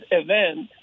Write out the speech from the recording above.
event